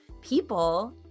people